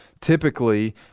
typically